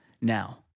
now